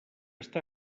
està